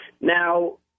Now